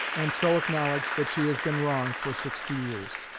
and so acknowledge that she has been wrong for sixty years